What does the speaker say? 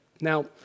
Now